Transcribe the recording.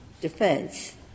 defense